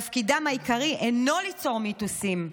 תפקידם העיקרי אינו ליצור מיתוסים,